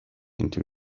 into